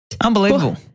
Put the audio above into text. Unbelievable